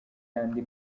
kandi